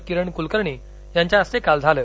किरण कुलकर्णी यांच्या हस्ते काल झालं